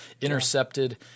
intercepted